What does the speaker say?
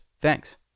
Thanks